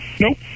nope